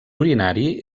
urinari